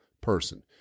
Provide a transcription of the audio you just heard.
person